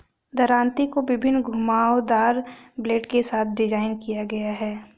दरांती को विभिन्न घुमावदार ब्लेड के साथ डिज़ाइन किया गया है